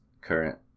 current